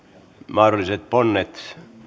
mahdolliset ponnet